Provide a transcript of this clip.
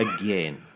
again